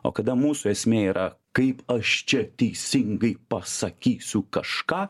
o kada mūsų esmė yra kaip aš čia teisingai pasakysiu kažką